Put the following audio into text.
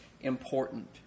important